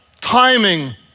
timing